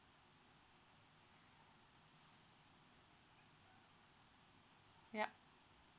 yup